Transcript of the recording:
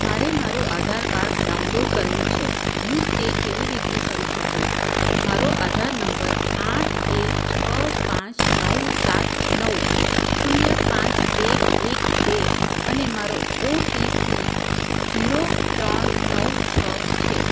મારે મારું આધારકાર્ડ ડાઉનલોડ કરવું છે હું તે કેવી રીતે કરી શકું મારો આધાર નંબર આઠ એક છ પાંચ નવ સાત નવ શૂન્ય પાંચ બે એક બે અને મારો ઓટીપી ઝીરો ત્રણ નવ છ છે